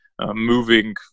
moving